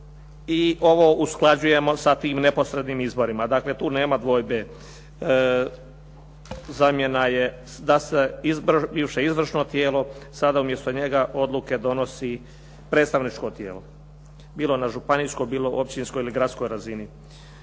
i ovo usklađujemo sa tim neposrednim izborima, dakle tu nema dvojbe. Zamjena je da se bivše izvršno tijelo sada umjesto njega donosi predstavničko tijelo, bilo na županijsko, bilo općinsko ili gradskoj razini.